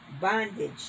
bondage